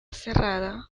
cerrada